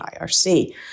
IRC